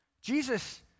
Jesus